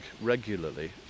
regularly